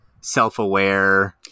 self-aware